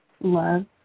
Love